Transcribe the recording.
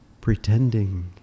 pretending